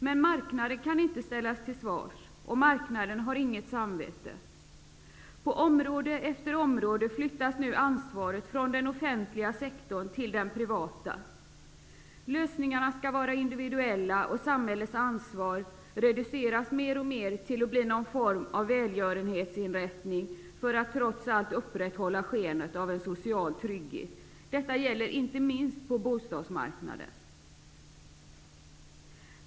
Men marknaden kan inte ställas till svars, och marknaden har inget samvete. På område efter område flyttas nu ansvaret från den offentliga sektorn till den privata. Lösningarna skall vara individuella. Samhällets ansvar reduceras mer och mer till att bli någon form av välgörenhetsinrättning för att trots allt upprätthålla skenet av en social trygghet. Detta gäller inte minst på bostadsmarknaden.